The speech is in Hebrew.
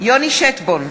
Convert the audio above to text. יוני שטבון,